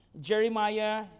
Jeremiah